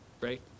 Right